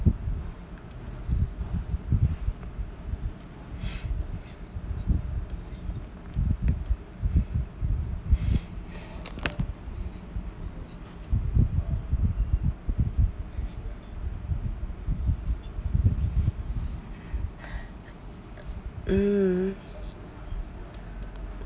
mm